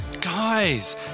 Guys